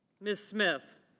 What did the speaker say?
ms. smith.